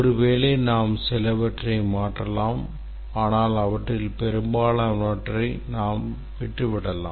ஒருவேளை நாம் சிலவற்றை மாற்றலாம் ஆனால் அவற்றில் பெரும்பாலானவற்றை நாம் விட்டுவிடலாம்